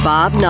Bob